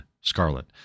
scarlet